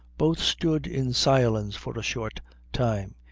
both stood in silence for a short time,